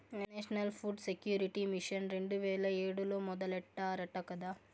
national food security mission రెండు వేల ఏడులో మొదలెట్టారట కదా